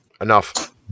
Enough